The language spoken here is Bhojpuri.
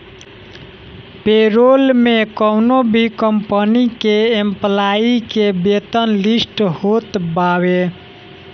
पेरोल में कवनो भी कंपनी के एम्प्लाई के वेतन लिस्ट होत बावे